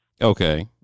okay